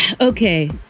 Okay